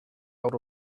out